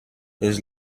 his